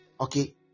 okay